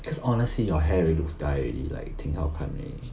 because honestly your hair already looks dye already like 挺好看 already